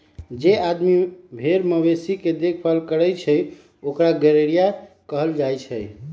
जे आदमी भेर मवेशी के देखभाल करई छई ओकरा गरेड़िया कहल जाई छई